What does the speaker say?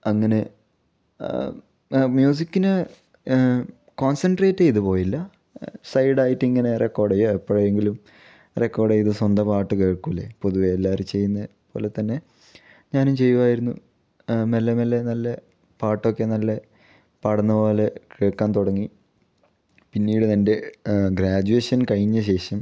അങ്ങനെ മ്യൂസിക്കിന് കോൺസൻട്രേറ്റ് ചെയ്ത് പോയില്ല സൈഡ് ആയിട്ടിങ്ങനെ റെക്കോഡ് ചെയ്യുവോ എപ്പോഴെങ്കിലും റെക്കോഡ് ചെയ്ത് സ്വന്തം പാട്ട് കേൾക്കില്ലേ പൊതുവേ എല്ലാവരും ചെയ്യുന്നത് പോലെ തന്നെ ഞാനും ചെയ്യുവായിരുന്നു മെല്ലെ മെല്ലെ നല്ല പാട്ടൊക്കെ നല്ല പാടുന്നത് പോലെ കേൾക്കാൻ തുടങ്ങി പിന്നീട് എൻ്റെ ഗ്രാജുവേഷൻ കഴിഞ്ഞ ശേഷം